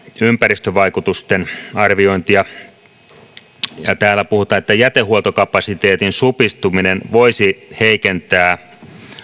ympäristövaikutusten arviointia täällä puhutaan että jätehuoltokapasiteetin supistuminen voisi heikentää